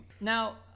Now